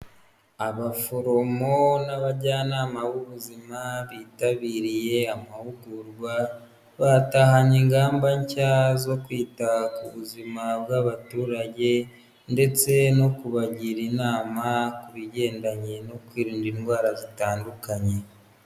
Abaforomo n'abajyanama b'ubuzima bitabiriye amahugurwa, batahanye ingamba nshya zo kwita ku buzima bw'abaturage, ndetse no kubagira inama ku bigendanye no kwirinda indwara zitandukanye.